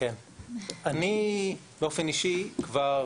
אני באופן אישי, כבר